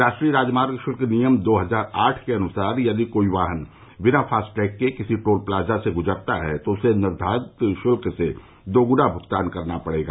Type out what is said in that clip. राष्ट्रीय राजमार्ग शुल्क नियम दो हजार आठ के अनुसार यदि कोई वाहन बिना फास्टैग के किसी टोल प्लाजा से गुजरता है तो उसे निर्धारित शुल्क से दोगुना भुगतान करना पडेगा